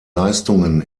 leistungen